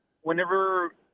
whenever